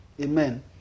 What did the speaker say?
Amen